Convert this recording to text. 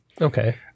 okay